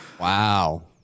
wow